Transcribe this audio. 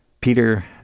Peter